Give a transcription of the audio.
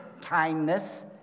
kindness